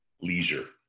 leisure